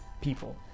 people